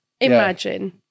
Imagine